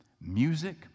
Music